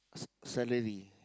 salary